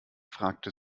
fragte